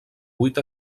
vuit